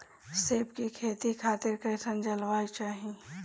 सेब के खेती खातिर कइसन जलवायु चाही?